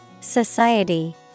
Society